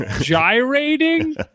gyrating